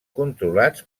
controlats